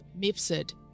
Mifsud